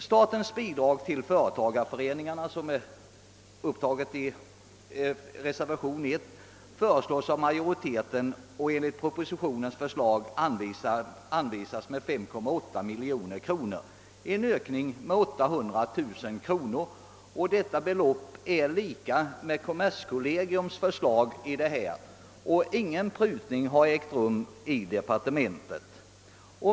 Statens bidrag till företagareföreningarna, som behandlas i reservationen 1, föreslås enligt propositionen — till vilken utskottsmajoriteten ansluter sig — till 5,8 miljoner kronor, d.v.s. en ökning med 800 000 kronor. Detta belopp överensstämmer med kommerskollegiums förslag; ingen prutning har ägt rum i departementet.